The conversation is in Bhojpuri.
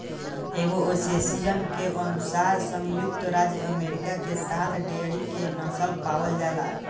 एगो एसोसिएशन के अनुसार संयुक्त राज्य अमेरिका में सात डेयरी के नस्ल पावल जाला